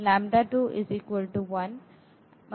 ಅನ್ನು ಪಡೆಯುತ್ತೇವೆ